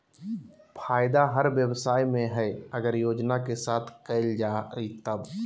फायदा हर व्यवसाय में हइ अगर योजना के साथ कइल जाय तब